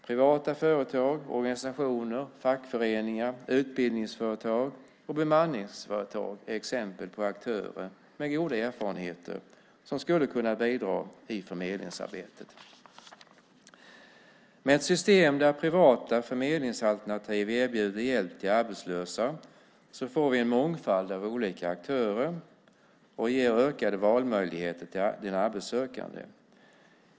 Privata företag, organisationer, fackföreningar, utbildningsföretag och bemanningsföretag är exempel på aktörer med goda erfarenheter som skulle kunna bidra i förmedlingsarbetet. Med ett system där privata förmedlingsalternativ erbjuder hjälp till arbetslösa får vi en mångfald av olika aktörer och ger ökade valmöjligheter till den arbetssökande.